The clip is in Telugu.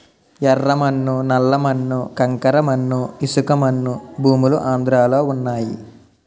యెర్ర మన్ను నల్ల మన్ను కంకర మన్ను ఇసకమన్ను భూములు ఆంధ్రలో వున్నయి